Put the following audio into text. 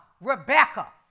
Rebecca